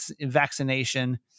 vaccination